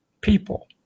people